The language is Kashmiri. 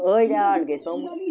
أڑۍ آرٹ گٔے تِمہٕ